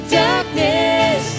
darkness